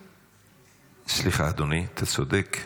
סליחה, אדוני, אתה צודק.